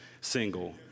single